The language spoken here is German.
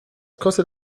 kostet